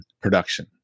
production